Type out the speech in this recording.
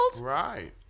right